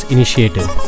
Initiative